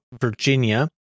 Virginia